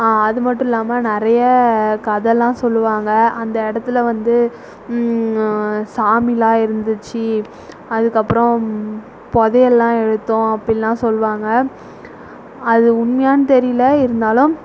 அது மட்டுல்லாமல் நிறைய கதைல்லாம் சொல்லுவாங்க அந்த இடத்துல வந்து சாமியெலாம் இருந்துச்சு அதுக்கப்புறோம் புதையல்லாம் எடுத்தோம் அப்படில்லாம் சொல்வாங்க அது உண்மையான்னு தெரியல இருந்தாலும்